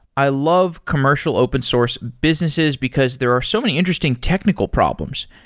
i love commercial open source businesses, because there are so many interesting technical problems.